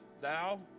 thou